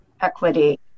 equity